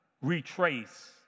retrace